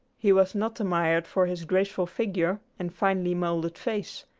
he was not admired for his graceful figure and finely moulded face,